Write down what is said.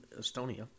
Estonia